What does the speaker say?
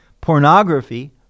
pornography